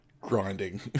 grinding